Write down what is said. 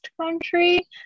country